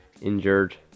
injured